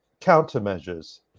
countermeasures